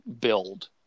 build